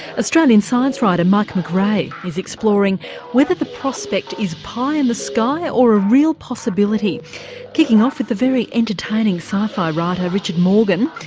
australian science writer mike mcrae is exploring whether the prospect is pie in the sky or a real possibility kicking off with the very entertaining sci-fi writer richard morgan,